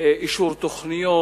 אישור תוכניות,